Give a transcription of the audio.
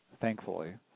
thankfully